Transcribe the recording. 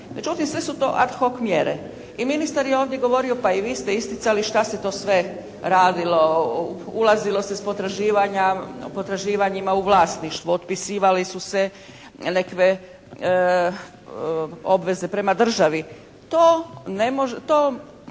Međutim, sve su to ad hoc mjere i ministar je ovdje govorio pa i vi ste isticali šta se to sve radilo, ulazilo se s potraživanjima u vlasništvo, otpisivali su se nekakve obveze prema državi. To prilično